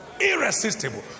irresistible